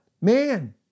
Man